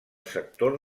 sector